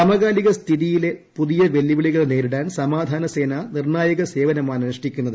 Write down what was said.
സമകാലിക സ്ഥിതിയിലെ പുതിയ വെല്ലുവിളികൾ നേരിടാൻ സമാധാന സേന നിർണ്ണായക സേവനമാണ് അനുഷ്ഠിക്കുന്നത്